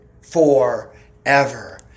forever